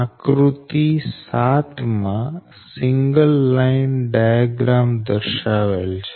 આકૃતિ 7 માં single line diagram દર્શાવેલ છે